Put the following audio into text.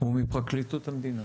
הוא מפרקליטות המדינה.